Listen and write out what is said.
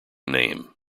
name